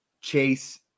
Chase